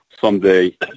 someday